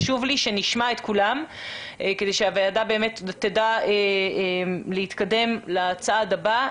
חשוב לי שנשמע את כולם כדי שהוועדה תדע להתקדם לצעד הבא.